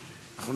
כן.